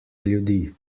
ljudi